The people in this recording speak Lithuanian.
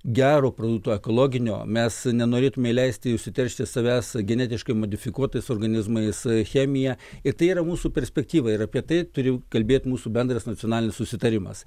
gero produkto ekologinio mes nenorėtume leisti užsiteršti savęs genetiškai modifikuotais organizmais chemija ir tai yra mūsų perspektyva ir apie tai turi kalbėt mūsų bendras nacionalinis susitarimas